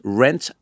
rent